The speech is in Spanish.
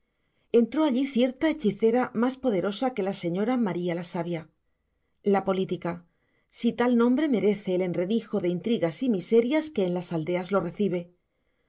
entró allí cierta hechicera más poderosa que la señora maría la sabia la política si tal nombre merece el enredijo de intrigas y miserias que en las aldeas lo recibe